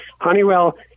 Honeywell